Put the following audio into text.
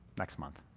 next month.